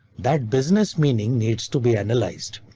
that business meaning needs to be analyzed.